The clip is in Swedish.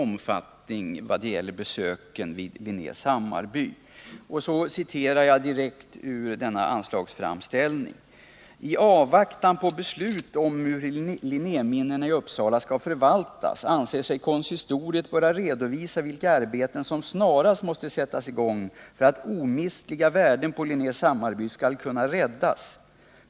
Längre fram i anslagsframställningen står bl.a. följande: ”Tavvaktan på beslut om hur Linnéminnena i Uppsala skall förvaltas anser sig konsistoriet böra redovisa vilka arbeten som snarast måste sättas igång för att omistliga värden på Linnés Hammarby skall kunna räddas.